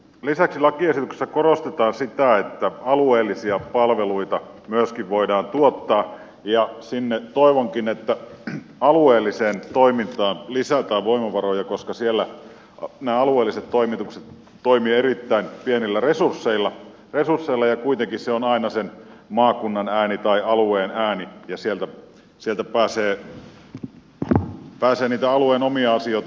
lisäksi lakiesityksessä korostetaan sitä että alueellisia palveluita myöskin voidaan tuottaa ja toivonkin että alueelliseen toimintaan lisätään voimavaroja koska nämä alueelliset toimitukset toimivat erittäin pienillä resursseilla ja kuitenkin se on aina sen maakunnan ääni tai alueen ääni ja sieltä pääsee niitä alueen omia asioita pyörittämään